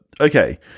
okay